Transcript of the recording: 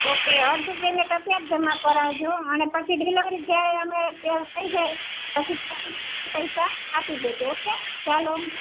okay અડધું payment અત્યારે જમા કરાવજો અને પછી ડિલેવરી જ્યારે અમે તૈયાર થઈ જાય પછી તમે પૈસા આપી દેજો ઓકે ચાલો